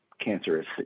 cancerous